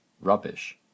rubbish